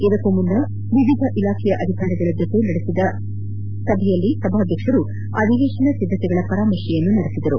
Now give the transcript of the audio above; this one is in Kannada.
ಇದಕ್ಕೂ ಮುನ್ನ ವಿವಿಧ ಇಲಾಖೆಯ ಅಧಿಕಾರಿಗಳ ಸಭೆ ನಡೆಸಿದ ಸಭಾಧ್ಯಕ್ಷರು ಅಧಿವೇಶನ ಸಿದ್ದತೆಗಳ ಪರಾಮರ್ಶೆ ನಡೆಸಿದರು